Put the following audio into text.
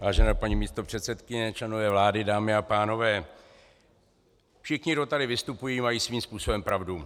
Vážená paní místopředsedkyně, členové vlády, dámy a pánové, všichni, kdo tady vystupují, mají svým způsobem pravdu.